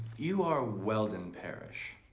you are weldon parish.